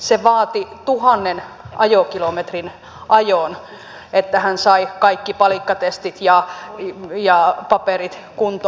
se vaati tuhannen ajokilometrin ajon että hän sai kaikki palikkatestit ja paperit kuntoon